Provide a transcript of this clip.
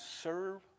serve